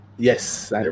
yes